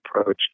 approach